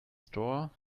store